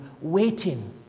waiting